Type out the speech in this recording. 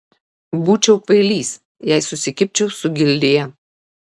būčiau kvailys jei susikibčiau su gildija